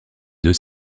deux